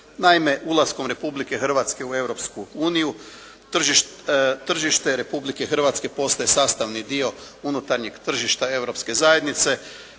Naime, ulaskom Republike Hrvatske u Europsku uniju tržište Republike Hrvatske postaje sastavni dio unutarnjeg tržišta Europske zajednice